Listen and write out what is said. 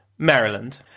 Maryland